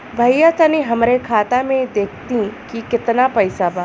भईया तनि हमरे खाता में देखती की कितना पइसा बा?